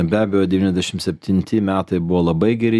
be abejo devyniasdešim septinti metai buvo labai geri